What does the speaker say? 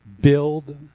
build